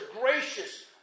gracious